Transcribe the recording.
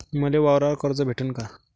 मले वावरावर कर्ज भेटन का?